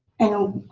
and